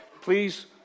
Please